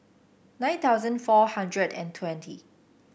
nine thousand four hundred and twenty